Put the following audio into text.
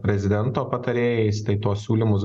prezidento patarėjais tai tuos siūlymus